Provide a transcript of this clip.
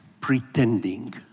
pretending